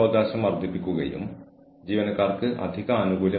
അതിനാൽ ഇത് ശ്രദ്ധിക്കേണ്ടത് വളരെ പ്രധാനമാണ്